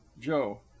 Joe